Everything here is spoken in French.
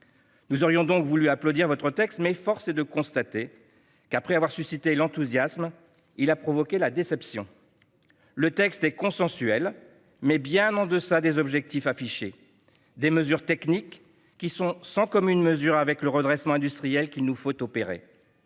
Nous aurions donc voulu applaudir votre texte, mais force est de constater qu'après avoir suscité l'enthousiasme il a provoqué la déception. Le texte est consensuel, mais bien en deçà des objectifs affichés ; il contient des mesures techniques qui sont sans commune mesure avec le redressement industriel qu'il nous faut opérer.